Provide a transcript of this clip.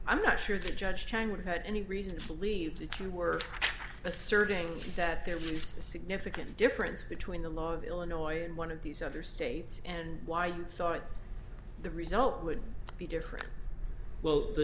i'm not sure the judge chang would had any reason to believe that you were asserting that there was a significant difference between the law of illinois and one of these other states and why you thought the result would be different well the